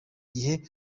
gihe